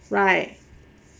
right